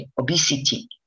obesity